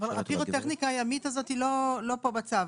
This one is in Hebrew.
הפירוטכניקה הימית הזאת היא לא פה בצו.